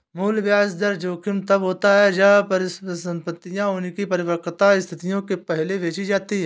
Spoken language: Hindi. मूल्य ब्याज दर जोखिम तब होता है जब परिसंपतियाँ उनकी परिपक्वता तिथियों से पहले बेची जाती है